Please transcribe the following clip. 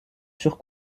sur